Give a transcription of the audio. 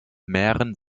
mehren